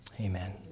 Amen